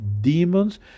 demons